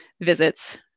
visits